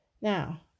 Now